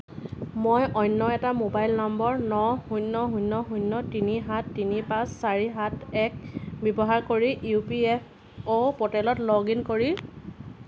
মই অন্য এটা মোবাইল নম্বৰ ন শূণ্য শূণ্য শূণ্য তিনি সাত তিনি পাঁচ চাৰি সাত এক ব্যৱহাৰ কৰি ই পি এফ অ' প'ৰ্টেলত লগ ইন কৰি